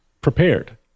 prepared